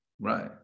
Right